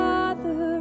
Father